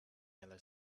yellow